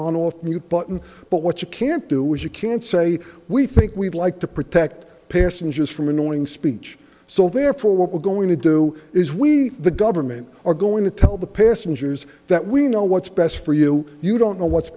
off mute button but what you can't do is you can say we think we'd like to protect passengers from annoying speech so therefore we're going to do is we the government or going to tell the passengers that we know what's best for you you don't know what's